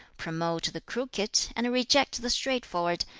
promote the crooked and reject the straightforward,